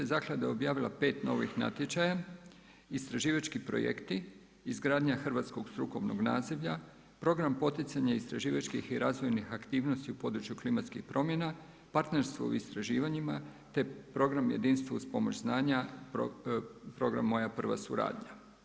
Zaklada je objavila 5 novih natječaja, istraživački projekti, izgradnja hrvatskog strukovnog nazivlja, program poticanja istraživačkih i razvojnih aktivnosti u području klimatskih promjena, partnerstvo u istraživanjima te program jedinstvo uz pomoć znanja, program moja prva suradnja.